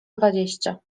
dwadzieścia